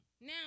Now